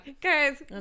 guys